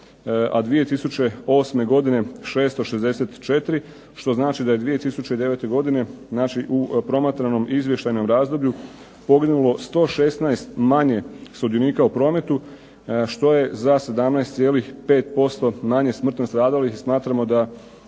a 2008. godine 664 što znači da je 2009. godine, znači u promatranom izvještajnom razdoblju, poginulo 116 manje sudionika u prometu što je za 17,5% manje smrtno stradalih. I smatramo da